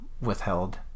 withheld